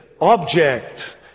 object